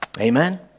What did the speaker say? Amen